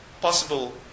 possible